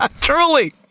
Truly